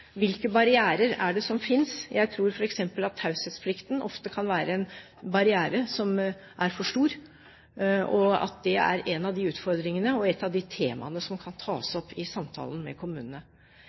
Hvilke barrierer er det som finnes? Jeg tror f.eks. at taushetsplikten ofte kan være en barriere som er for stor, og at det er en av de utfordringene og et av de temaene som kan tas opp i samtale med kommunene.